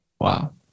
Wow